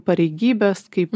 pareigybes kaip